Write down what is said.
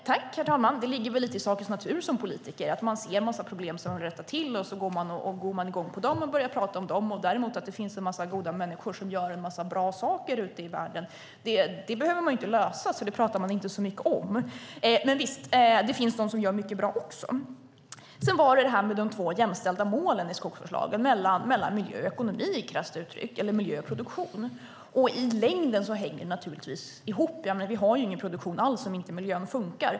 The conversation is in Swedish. Herr talman! Det ligger väl lite i sakens natur att man som politiker ser en massa problem som man vill rätta till. Man går i gång på dem och börjar prata om dem. Att det finns en massa goda människor som gör en massa bra saker ute i världen behöver man ju inte lösa, så det pratar man inte så mycket om. Men visst finns det de som gör mycket bra också. Sedan var det detta med de två jämställda målen i skogsvårdslagen. Det handlar om miljö och ekonomi, krasst uttryckt, eller miljö och produktion. I längden hänger det naturligtvis ihop. Vi har ju ingen produktion alls om inte miljön funkar.